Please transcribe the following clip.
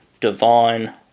divine